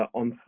on